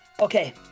Okay